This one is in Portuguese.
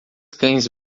cães